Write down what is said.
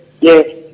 yes